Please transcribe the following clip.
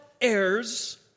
heirs